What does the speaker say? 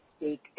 speak